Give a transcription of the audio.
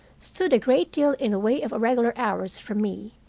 stood a great deal in the way of irregular hours from me,